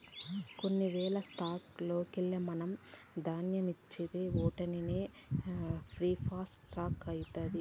కొన్ని వేల స్టాక్స్ లోకెల్లి మనం పాదాన్యతిచ్చే ఓటినే ప్రిఫర్డ్ స్టాక్స్ అనేది